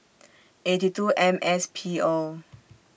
eighty two M S P O